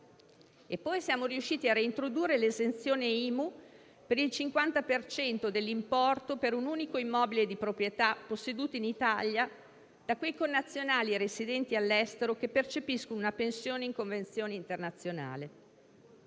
poi riusciti a reintrodurre l'esenzione IMU per il 50 per cento dell'importo per un unico immobile di proprietà posseduto in Italia da quei connazionali residenti all'estero che percepiscono una pensione in convenzione internazionale.